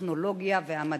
הטכנולוגיה והמדע.